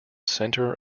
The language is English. center